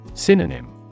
Synonym